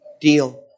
deal